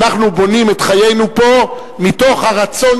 אנחנו בונים את חיינו פה מתוך הרצון